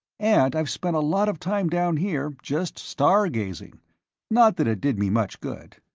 and i've spent a lot of time down here, just star-gazing not that it did me much good.